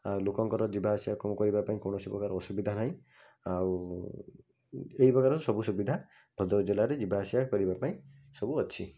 ଲୋକଙ୍କର ଯିବା ଆସିବା କମ୍ କରିବାପାଇଁ କୌଣସି ପ୍ରକାର ଅସୁବିଧା ନାଇଁ ଆଉ ଏଇଗୁଡ଼ାର ସବୁ ସୁବିଧା ପ୍ରତ୍ୟେକ ଜିଲ୍ଲାରେ ଯିବାଆସିବା କରିବାପାଇଁ ସବୁ ଅଛି